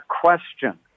question